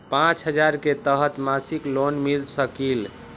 पाँच हजार के तहत मासिक लोन मिल सकील?